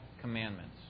commandments